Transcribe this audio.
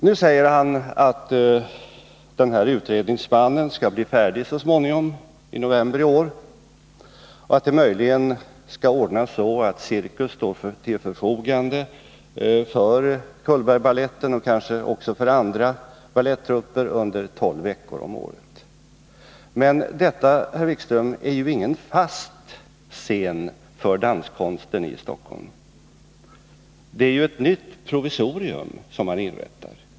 Nu säger han att den här utredningsmannen skall bli färdig så småningom, i november i år, och att det möjligen skall ordnas så att Cirkus står till förfogande för Cullbergbaletten och kanske också för andra balettrupper under tolv veckor om året. Men, herr Wikström, det finns ändå ingen fast scen för danskonsten i Stockholm. Det är ju ett nytt provisorium som inrättas.